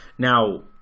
Now